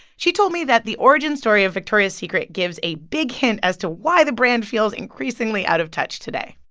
she told me that the origin story of victoria's secret gives a big hint as to why the brand feels increasingly out of touch today